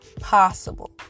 possible